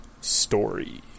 story